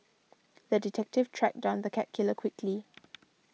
the detective tracked down the cat killer quickly